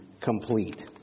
complete